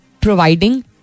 providing